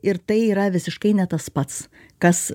ir tai yra visiškai ne tas pats kas